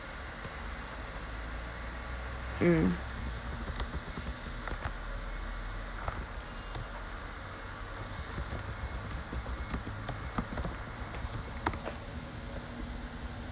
mm